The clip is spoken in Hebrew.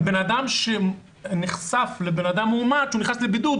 לבין בן אדם שנחשף לאדם מאומת ונכנס לבידוד,